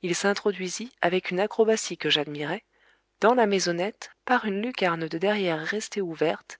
il s'introduisit avec une acrobatie que j'admirai dans la maisonnette par une lucarne de derrière restée ouverte